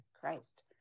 christ